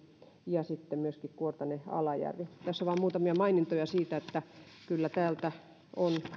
ja sitten myöskin kuortane alajärvi tässä on vain muutamia mainintoja siitä että kyllä täältä on